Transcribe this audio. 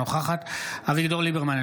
אינה נוכחת אביגדור ליברמן,